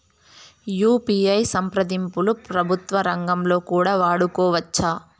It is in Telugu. యు.పి.ఐ సంప్రదింపులు ప్రభుత్వ రంగంలో కూడా వాడుకోవచ్చా?